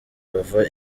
bava